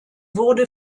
wurde